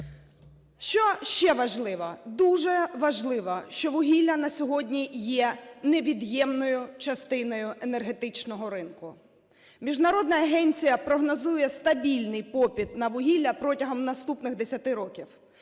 Що ще важливо? Дуже важливо, що вугілля на сьогодні є невід'ємною частиною енергетичного ринку. Міжнародна агенція прогнозує стабільний попит на вугілля протягом наступних 10 років.